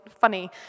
funny